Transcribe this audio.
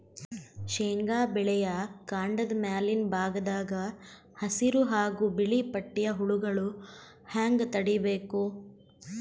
ಶೇಂಗಾ ಬೆಳೆಯ ಕಾಂಡದ ಮ್ಯಾಲಿನ ಭಾಗದಾಗ ಹಸಿರು ಹಾಗೂ ಬಿಳಿಪಟ್ಟಿಯ ಹುಳುಗಳು ಹ್ಯಾಂಗ್ ತಡೀಬೇಕು?